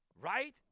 right